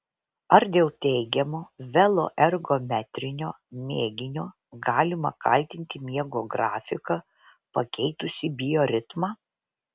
ar dėl teigiamo veloergometrinio mėginio galima kaltinti miego grafiką pakeitusį bioritmą